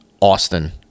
Austin—